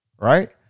right